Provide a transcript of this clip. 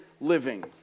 living